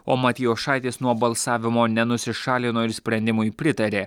o matijošaitis nuo balsavimo nenusišalino ir sprendimui pritarė